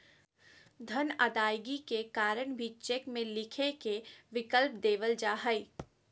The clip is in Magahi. धन अदायगी के कारण भी चेक में लिखे के विकल्प देवल जा हइ